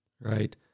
right